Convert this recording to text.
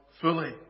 fully